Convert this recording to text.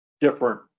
different